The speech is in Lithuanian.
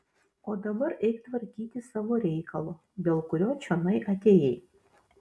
o dabar eik tvarkyti savo reikalo dėl kurio čionai atėjai